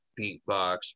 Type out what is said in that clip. beatbox